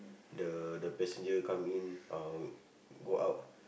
the the passenger come in or go out